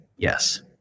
Yes